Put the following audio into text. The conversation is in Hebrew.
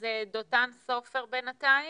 אז דותן סופר בינתיים?